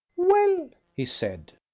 well, he said.